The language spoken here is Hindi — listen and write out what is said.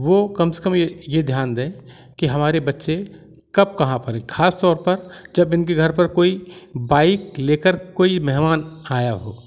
वो कम से कम ये ये ध्यान दें कि हमारे बच्चे कब कहाँ पर खास तौर पर जब इनके घर पर कोई बाइक लेकर कोई मेहमान आया हो